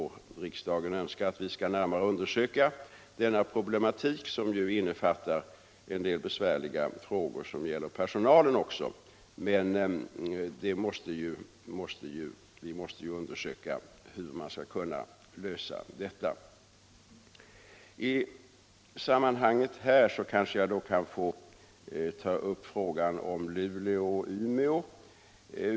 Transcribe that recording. Riksdagen önskar ju att vi skall närmare undersöka denna problematik, som ju innefattar en del besvärliga frågor 39 som gäller personalen också. Men vi skall givetvis undersöka hur man skall kunna lösa frågan. I detta sammanhang kanske jag får ta upp frågan om anstalterna i Luleå och Umeå.